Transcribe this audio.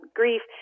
grief